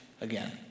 again